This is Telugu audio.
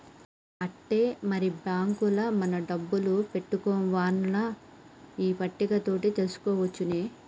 ఆట్టే మరి బాంకుల మన డబ్బులు పెట్టుకోవన్నో ఈ పట్టిక తోటి తెలుసుకోవచ్చునే